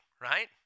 right